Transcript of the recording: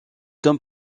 tom